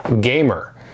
gamer